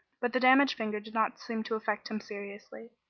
but the damaged finger did not seem to affect him seriously.